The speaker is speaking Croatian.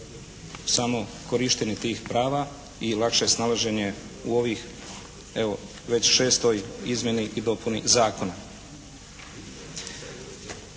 samo korištenje tih prava i lakše snalaženje u ovih evo već 6. izmjeni i dopuni zakona.